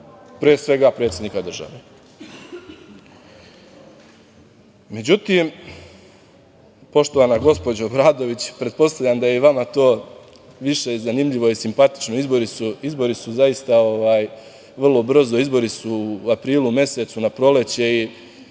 pre svega, predsednika države.Međutim, poštovana gospođo Obradović, pretpostavljam da je i vama to više zanimljivo i simpatično. Izbori su zaista vrlo brzo, izbori su u aprilu mesecu, na proleće i